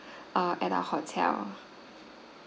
err at our hotel